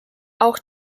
auch